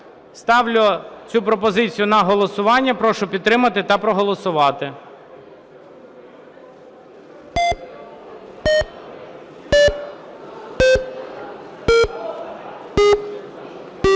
Ставлю цю пропозицію на голосування. Прошу підтримати та проголосувати.